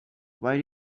why